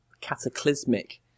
cataclysmic